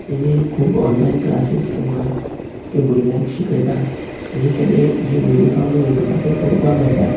तेजी खूब online classes किंवां ती भुरग्यांक शिकयता तेजे तेगे जे व्हिडीओ आमकां युट्यूबाचेर पळोवपाक मेळटात